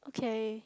okay